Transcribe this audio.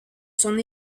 son